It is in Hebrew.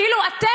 כאילו אתם,